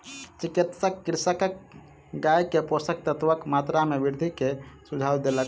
चिकित्सक कृषकक गाय के पोषक तत्वक मात्रा में वृद्धि के सुझाव देलक